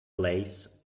lace